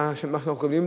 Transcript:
ממה שאנחנו מקבלים,